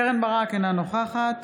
קרן ברק, אינה נוכחת